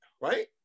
Right